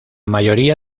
mayoría